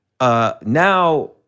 now—